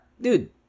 Dude